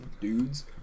dudes